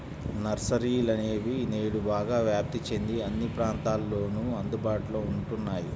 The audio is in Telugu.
నర్సరీలనేవి నేడు బాగా వ్యాప్తి చెంది అన్ని ప్రాంతాలలోను అందుబాటులో ఉంటున్నాయి